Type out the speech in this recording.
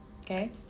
okay